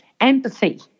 empathy